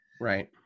right